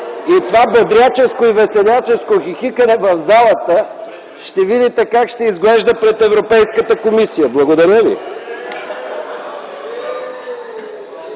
И това веселяческо хихикане в залата ще видите как ще изглежда пред Европейската комисия. Благодаря ви.